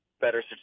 better